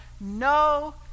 no